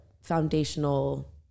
foundational